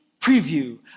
preview